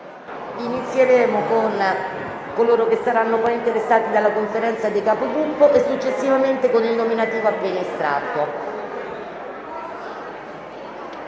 inizieremo con coloro che saranno interessati dalla Conferenza dei Capigruppo e successivamente con il nominativo del senatore